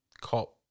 Cop